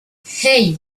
hey